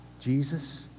Jesus